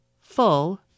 full